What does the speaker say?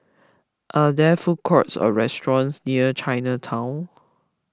are there food courts or restaurants near Chinatown